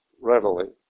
readily